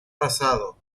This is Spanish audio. pasado